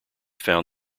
found